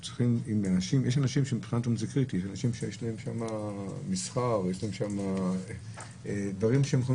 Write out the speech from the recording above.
יש אנשים שיש להם שם מסחר ויש להם עסקים והם יכולים